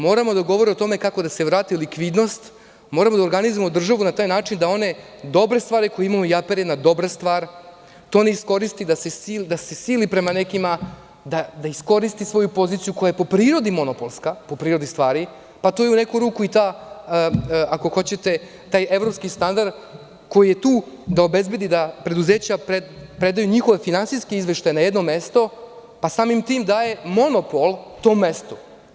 Moramo da govorimo o tome kako da se vrati likvidnost, moramo da organizujemo državu na takav način da one dobre stvari koje imamo i APR je jedna dobra stvar, to ne iskoristi da se sili prema nekima, da iskoristi svoju poziciju koja je po prirodi monopolska, po prirodi stvari, pa to je u neku ruku i taj ako hoćete i taj evropski standard, koji je tu da obezbedi da preduzeća predaju njihove finansijske izveštaje na jedno mesto, pa samim tim daje monopol tom mestu.